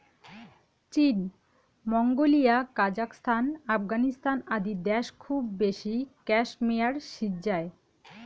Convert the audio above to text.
চীন, Mongolia, Kazakhstan, Afghanistan আদি দ্যাশ খুব বেশি ক্যাশমেয়ার সিজ্জায়